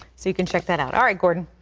so you can check that out. all right gordon.